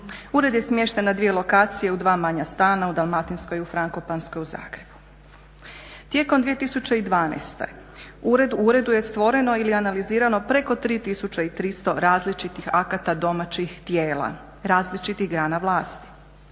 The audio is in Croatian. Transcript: Ured je smješten na dvije lokacije u dva manja stana, u Dalmatinskoj i u Frankopanskoj u Zagrebu. Tijekom 2012.u uredu je stvoreno ili analizirano preko 3300 različitih akata domaćih tijela, različitih grana vlasti,